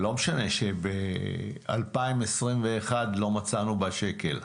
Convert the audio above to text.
לא משנה שב-2021 לא מצאנו בה שקל,